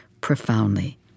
profoundly